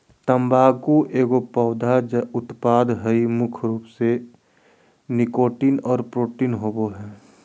तम्बाकू एगो पौधा उत्पाद हइ मुख्य रूप से निकोटीन और प्रोटीन होबो हइ